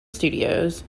studios